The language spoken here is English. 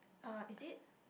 uh is it